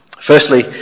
Firstly